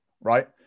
right